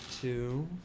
Two